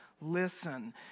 Listen